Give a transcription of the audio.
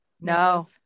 No